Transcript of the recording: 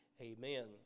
Amen